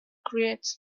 creates